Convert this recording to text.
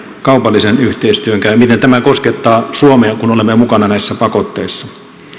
kaupallisen yhteistyön käy miten tämä koskettaa suomea kun olemme mukana näissä pakotteissa